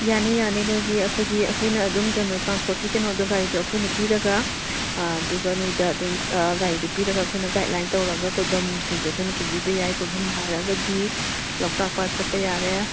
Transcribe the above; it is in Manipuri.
ꯌꯥꯅꯤ ꯌꯥꯅꯤ ꯅꯣꯏꯒꯤ ꯑꯩꯈꯣꯏꯒꯤ ꯑꯩꯈꯣꯏꯅ ꯑꯗꯨꯝ ꯀꯩꯅꯣ ꯇ꯭ꯔꯥꯟꯁꯄꯣꯔ꯭ꯇꯀꯤ ꯀꯩꯅꯣꯗꯣ ꯒꯥꯔꯤꯗꯣ ꯑꯩꯈꯣꯏꯅ ꯄꯤꯔꯒ ꯑꯗꯨꯒ ꯅꯣꯏꯗ ꯑꯗꯨꯝ ꯒꯥꯔꯤꯗꯨ ꯄꯤꯔꯒ ꯑꯩꯈꯣꯏꯅ ꯒꯥꯏꯠꯂꯥꯏꯟ ꯇꯧꯔꯒ ꯀꯣꯏꯐꯝꯁꯤꯡꯗꯨ ꯑꯩꯈꯣꯏꯅ ꯄꯨꯕꯤꯕ ꯌꯥꯏ ꯀꯣꯏꯐꯝ ꯍꯥꯏꯔꯒꯗꯤ ꯂꯧꯇꯥꯛ ꯄꯥꯠ ꯆꯠꯄ ꯌꯥꯔꯦ